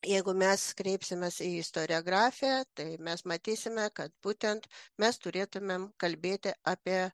jeigu mes kreipsimės į istoriografiją tai mes matysime kad būtent mes turėtumėm kalbėti apie